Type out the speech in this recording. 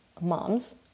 moms